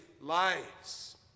lives